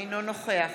אינו נוכח